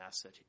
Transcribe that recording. asset